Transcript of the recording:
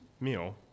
meal